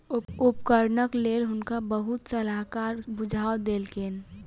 उपकरणक लेल हुनका बहुत सलाहकार सुझाव देलकैन